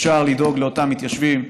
אפשר לדאוג לאותם מתיישבים,